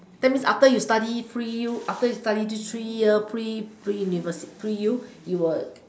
that means after you study pre U after you study this three year pre pre university pre U you will